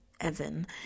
Evan